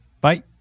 Bye